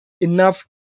enough